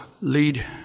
lead